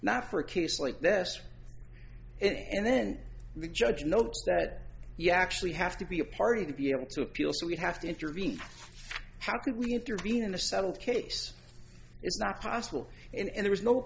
not for a case like this and then the judge notes that you actually have to be a party to be able to appeal so we'd have to intervene how could we intervene in a settled case it's not possible and there was no